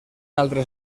altres